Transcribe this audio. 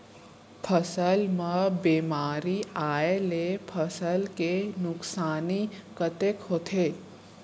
फसल म बेमारी आए ले फसल के नुकसानी कतेक होथे?